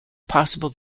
possible